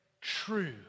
true